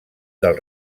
del